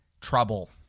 Trouble